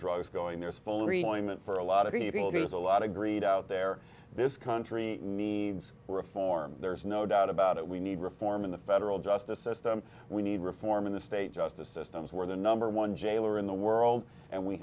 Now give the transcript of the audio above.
rejoin that for a lot of people there was a lot of greed out there this country needs reform there's no doubt about it we need reform in the federal justice system we need reform in the state justice systems where the number one jailer in the world and we